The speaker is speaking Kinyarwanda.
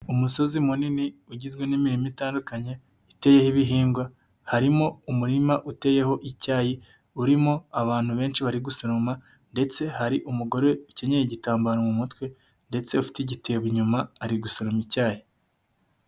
Umusozi munini ugizwe n'imirimo itandukanye iteyeho ibihingwa, harimo umurima uteyeho icyayi, urimo abantu benshi bari gusoroma ndetse hari umugore ukenyeye igitambaro mu mutwe ndetse ufite igitebo inyuma ari gusoroma icyayi.